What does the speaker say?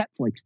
Netflix